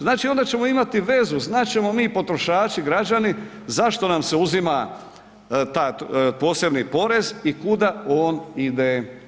Znači onda ćemo imati vezu znat ćemo mi potrošači građani zašto nam se uzima ta posebni porez i kuda on ide.